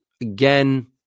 again